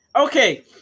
Okay